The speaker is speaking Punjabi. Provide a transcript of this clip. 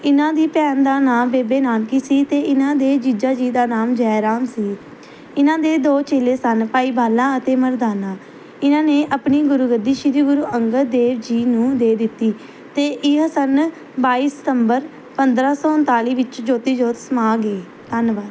ਇਹਨਾਂ ਦੀ ਭੈਣ ਦਾ ਨਾਮ ਬੇਬੇ ਨਾਨਕੀ ਸੀ ਅਤੇ ਇਹਨਾਂ ਦੇ ਜੀਜਾ ਜੀ ਦਾ ਨਾਮ ਜੈ ਰਾਮ ਸੀ ਇਹਨਾਂ ਦੇ ਦੋ ਚੇਲੇ ਸਨ ਭਾਈ ਬਾਲਾ ਅਤੇ ਮਰਦਾਨਾ ਇਹਨਾਂ ਨੇ ਆਪਣੀ ਗੁਰਗੱਦੀ ਸ਼੍ਰੀ ਗੁਰੂ ਅੰਗਦ ਦੇਵ ਜੀ ਨੂੰ ਦੇ ਦਿੱਤੀ ਅਤੇ ਇਹ ਸੰਨ ਬਾਈ ਸਤੰਬਰ ਪੰਦਰ੍ਹਾਂ ਸੌ ਉਨਤਾਲੀ ਵਿੱਚ ਜੋਤੀ ਜੋਤ ਸਮਾ ਗਏ ਧੰਨਵਾਦ